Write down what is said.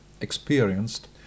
experienced